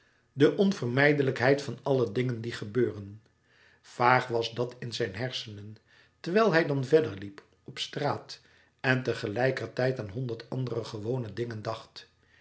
de onvermijdelijkheid van alle dingen die gebeuren vaag was dat in zijn hersenen terwijl hij dan verder liep op straat en tegelijkertijd aan honderd andere gewone dingen dacht